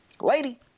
lady